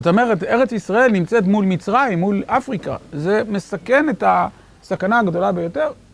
זאת אומרת ארץ ישראל נמצאת מול מצרים, מול אפריקה, זה מסכן את הסכנה הגדולה ביותר.